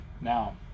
now